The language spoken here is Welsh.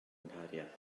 nghariad